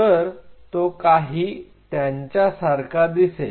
तर तो काही यांच्या सारखा दिसेल